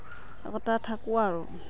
চবতে থাকোঁ আৰু